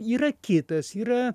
yra kitas yra